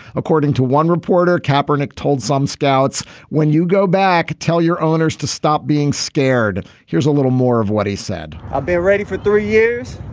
according to one reporter capra nick told some scouts when you go back tell your owners to stop being scared. here's a little more of what he said i've been ready for three years.